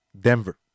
Denver